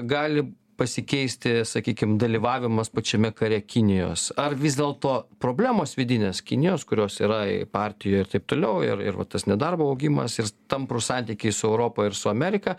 gali pasikeisti sakykim dalyvavimas pačiame kare kinijos ar vis dėlto problemos vidinės kinijos kurios yra partijoj ir taip toliau ir ir va tas nedarbo augimas ir tamprūs santykiai su europa ir su amerika